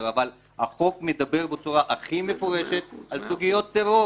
אבל החוק מדבר בצורה הכי מפורשת על סוגיות טרור.